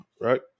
right